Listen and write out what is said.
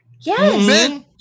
Yes